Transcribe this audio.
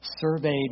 surveyed